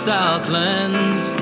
Southlands